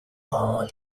are